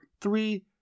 three